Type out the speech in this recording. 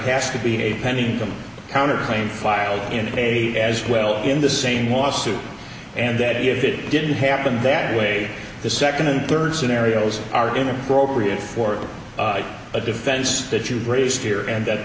has to be a pending them counter claim filed in a as well in the same lawsuit and that if it didn't happen that way the second and third scenarios are inappropriate for a defense that you've raised here and that